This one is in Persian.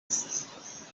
هست